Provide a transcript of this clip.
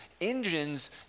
engines